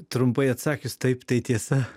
trumpai atsakius taip tai tiesa